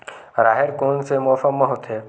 राहेर कोन से मौसम म होथे?